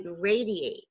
radiate